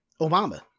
Obama